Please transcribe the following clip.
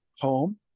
home